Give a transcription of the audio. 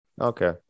Okay